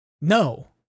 No